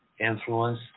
influence